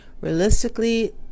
Realistically